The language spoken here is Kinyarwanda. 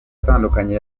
atandukanye